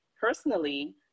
personally